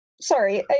sorry